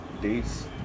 days